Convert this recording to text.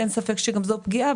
אין ספק שגם בו יש פגיעה,